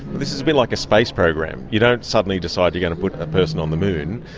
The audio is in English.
this is a bit like a space program. you don't suddenly decide you're going to put a person on the moon.